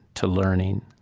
to learning,